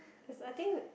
theres I think